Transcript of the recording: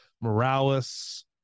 Morales